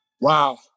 Wow